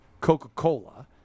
Coca-Cola